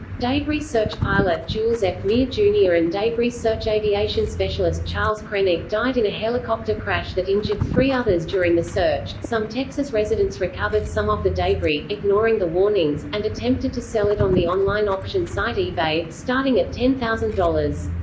debris search pilot jules f. mier jr. and debris search aviation specialist charles krenek died in a helicopter crash that injured three others during the search some texas residents recovered some of the debris, ignoring the warnings, and attempted to sell it on the online auction site ebay, starting at ten thousand dollars.